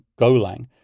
Golang